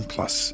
Plus